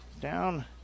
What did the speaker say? down